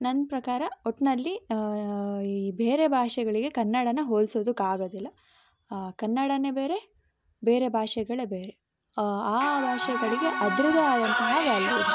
ನನ್ನ ಪ್ರಕಾರ ಒಟ್ಟಿನಲ್ಲಿ ಈ ಬೇರೆ ಭಾಷೆಗಳಿಗೆ ಕನ್ನಡನ್ನ ಹೋಲಿಸೋದಕ್ಕೆ ಆಗೋದಿಲ್ಲ ಕನ್ನಡವೇ ಬೇರೆ ಬೇರೆ ಭಾಷೆಗಳೇ ಬೇರೆ ಆ ಭಾಷೆಗಳಿಗೆ ಅದರದ್ದೇ ಆದಂತಹ ವಾಲ್ಯು ಇದೆ